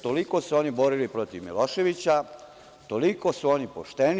Toliko su se oni borili protiv Miloševića, toliko su oni pošteni.